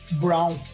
brown